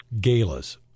galas